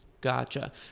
Gotcha